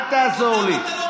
אל תעזור לי.